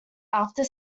after